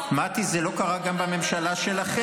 מטי, זה לא קרה גם בממשלה שלכם.